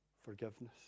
forgiveness